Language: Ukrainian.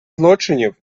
злочинців